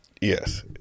Yes